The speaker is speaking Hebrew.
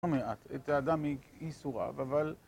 לא מעט, את האדם מייסוריו, אבל...